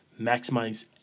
Maximize